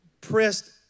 pressed